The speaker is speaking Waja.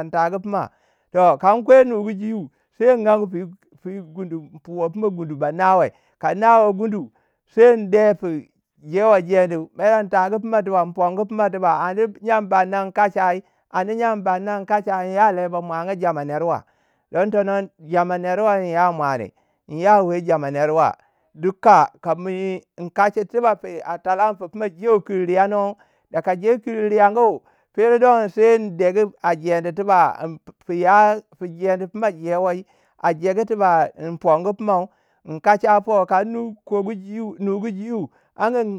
in tagu pima. Toh, kan kwai nugu jiu, sai in angu pi pu i gundu in fuwe fina gundu ba nawe. ka nawe gundu. sai in de fina fiu jewei jedi mer in tagu pima tuba. in pongu pima tuba ani nyngu ba nai inkachai. ani yyangu ba ninga in kacha. in ya lei ba muanga jama nerwa. don tono jama nerwa inya mwani inya we jama nurwa. Duka kami in kachi tuba fi a twalange fi fina jegu kiri riyangu dega je kiri riyangu pero don sai don sai in degu a jedi tuba in fiya fi jedi fina jewai a jegu tuba in pongu pumai in kacha po. kan nui kogu gui nugu gui angu in.